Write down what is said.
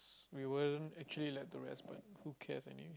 we wouldn't actually let the rest but who cares I mean